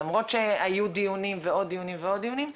למרות שהיו דיונים ועוד דיונים ועוד דיונים.